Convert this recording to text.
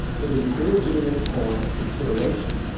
it is a illegitimate form of consideration.